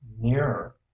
nearer